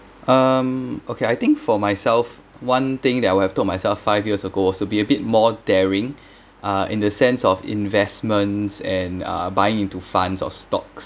um okay I think for myself one thing that I would have told myself five years ago was to be be a bit more daring uh in the sense of investments and uh buying into funds or stocks